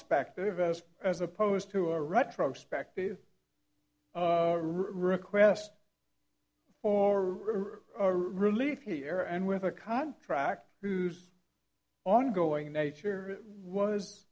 spect of as as opposed to a retrospective request for relief here and with a contract whose ongoing nature was